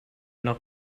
noch